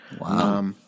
Wow